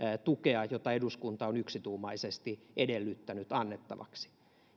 tukea jota eduskunta on yksituumaisesti edellyttänyt annettavaksi